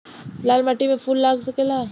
लाल माटी में फूल लाग सकेला?